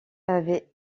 avait